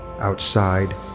outside